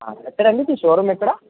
ఎక్కడండి ఈ షోరూమ్ ఎక్కడ